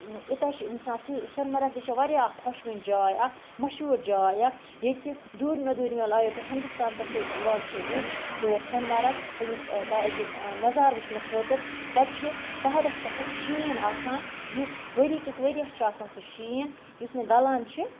یوٗتاہ چھِ اِنسان سُہ سۄنہٕ مرگ تہِ چھِ واریاہ اَکھ خۄشوٕنۍ جاے اَکھ مشہوٗر جاے اَکھ ییٚتہِ دوٗرمیو دوٗرمیو علا ییٚتہِ پٮ۪ٹھ ہِندوستان پٮ۪ٹھٕ یِوان چھِ لُکھ تور سۄنہٕ مرگ تَمیُک تَتیُک نظارٕ وٕچھنہٕ خٲطرٕ تَتہِ چھُ پہاڑَس پٮ۪ٹھ شیٖن آسان یُس ؤری کِس ؤریَس چھِ آسان سُہ شیٖن یُس نہٕ گَلان چھِ